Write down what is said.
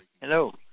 Hello